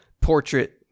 portrait